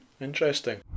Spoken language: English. Interesting